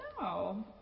No